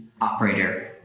operator